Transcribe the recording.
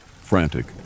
Frantic